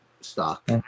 stock